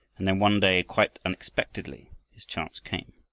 and then one day, quite unexpectedly, his chance came.